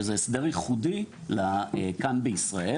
שזה הסדר ייחודי לכאן בישראל.